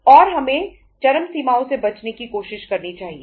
और हमें चरम सीमाओं से बचने की कोशिश करनी चाहिए